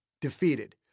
defeated